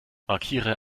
markiere